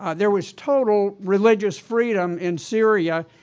ah there was total religious freedom in syria,